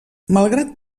malgrat